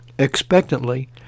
expectantly